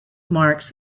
marks